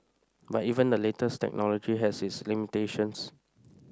but even the latest technology has its limitations